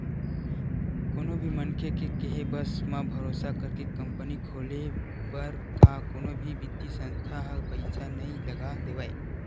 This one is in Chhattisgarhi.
कोनो भी मनखे के केहे बस म, भरोसा करके कंपनी खोले बर का कोनो भी बित्तीय संस्था ह पइसा नइ लगा देवय